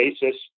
basis